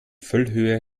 füllhöhe